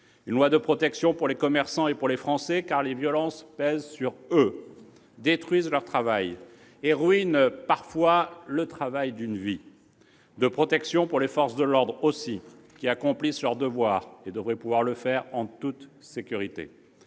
!... de protection pour les commerçants, pour tous les Français, car les violences pèsent sur eux, détruisent leur travail et ruinent parfois les efforts d'une vie ; de protection pour les forces de l'ordre, aussi, qui accomplissent leur devoir et devraient pouvoir le faire en toute sécurité